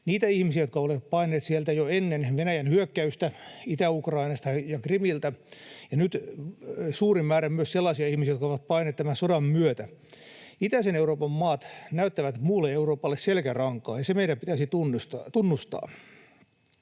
niitä ihmisiä, jotka ovat paenneet sieltä jo ennen Venäjän hyökkäystä Itä-Ukrainasta ja Krimiltä, ja nyt suuri määrä myös sellaisia ihmisiä, jotka ovat paenneet tämän sodan myötä. Itäisen Euroopan maat näyttävät muulle Euroopalle selkärankaa, ja se meidän pitäisi tunnustaa.